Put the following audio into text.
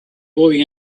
boy